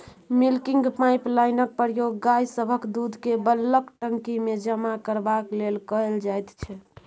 milking पाइपलाइनक प्रयोग गाय सभक दूधकेँ बल्कक टंकीमे जमा करबाक लेल कएल जाइत छै